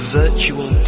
virtual